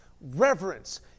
reverence